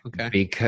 Okay